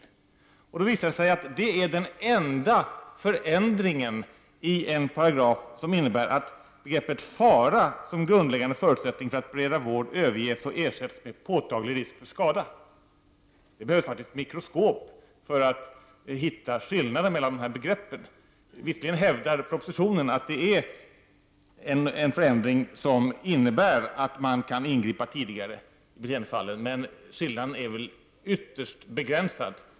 Det har då visat sig att det är en enda förändring i en paragraf som innebär att begreppet ”fara” som grundläggande förutsättning för att bereda vård överges och ersätts med ”påtaglig risk för skada”. Det behövs faktiskt ett mikroskop för att hitta en skillnad mellan dessa begrepp. Visserligen hävdas i propositionen att det utgör en förändring som innebär att man kan ingripa tidigare, men skillnaden är ytterst begränsad.